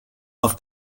auf